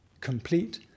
complete